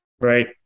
right